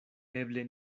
eble